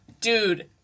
dude